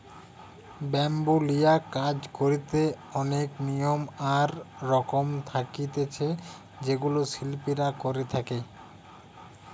bamboo লিয়া কাজ করিতে অনেক নিয়ম আর রকম থাকতিছে যেগুলা শিল্পীরা করে থাকে